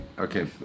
Okay